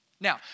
Now